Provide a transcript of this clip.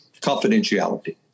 confidentiality